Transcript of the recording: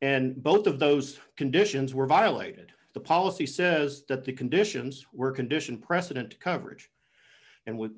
and both of those conditions were violated the policy says that the conditions were condition precedent coverage and with